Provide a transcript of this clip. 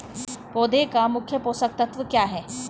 पौधे का मुख्य पोषक तत्व क्या हैं?